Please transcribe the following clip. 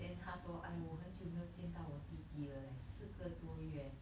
then 她说 !aiyo! 我很久没有见到我弟弟了 leh 四个多月